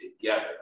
together